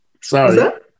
sorry